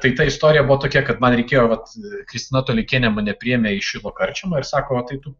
tai ta istorija buvo tokia kad man reikėjo vat kristina toleikienė mane priėmė į šilo karčiamą ir sako tai tu